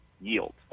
yield